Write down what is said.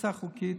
פרצה חוקית,